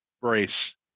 brace